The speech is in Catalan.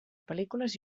pel·lícules